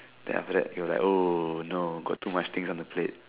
then after that he was like oh no got too much things on the plate